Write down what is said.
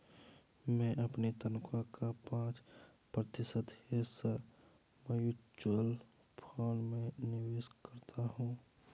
मैं अपनी तनख्वाह का पाँच प्रतिशत हिस्सा म्यूचुअल फंड में निवेश करता हूँ